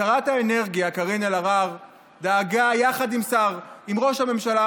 שרת האנרגיה קארין אלהרר דאגה יחד עם ראש הממשלה